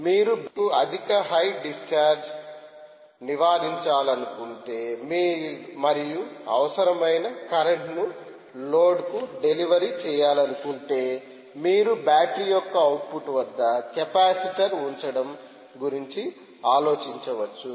మీరు అధిక high discharge నివారించాలనుకుంటే మరియు అవసరమైన కరెంట్ ను లోడ్ కు డెలివర్ చేయాలనుకుంటే మీరు బ్యాటరీ యొక్క అవుట్పుట్ వద్ద కెపాసిటర్ ఉంచడం గురించి ఆలోచించవచ్చు